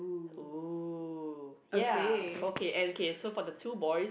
!oo! ya okay and K so for the two boys